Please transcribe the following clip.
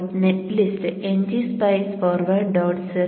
ഇപ്പോൾ net list ngSpice forward